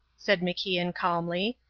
said macian calmly.